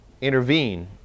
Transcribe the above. intervene